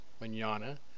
manana